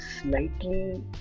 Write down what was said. slightly